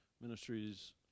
ministries